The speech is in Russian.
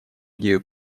идею